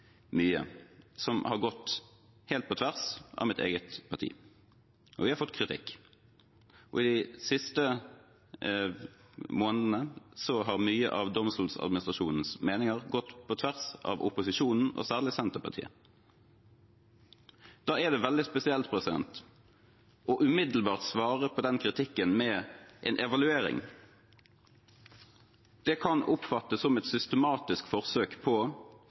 mye som har gått helt på tvers av mitt eget partis syn, og vi har fått kritikk. De siste månedene har mye av Domstoladministrasjonens meninger gått på tvers av opposisjonens syn, særlig Senterpartiets. Da er det veldig spesielt umiddelbart å svare på den kritikken med en evaluering. Det kan oppfattes som et systematisk forsøk på